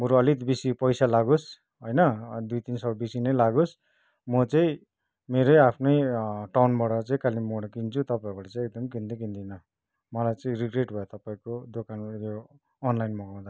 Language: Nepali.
बरू अलिक बेसी पैसा लागोस् होइन दुई तिन सय बेसी नै लागोस् म चाहिँ मेरै आफ्नै टाउनबाट चाहिँ कालेबुङबाट किन्छु तपाईँहरूकोबाट चाहिँ एकदम किन्दै किन्दिनँ मलाई चैँ रिग्रेट भयो तपैको दोकनबाट अनलाइन मगाउँदा